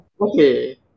okay